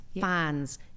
fans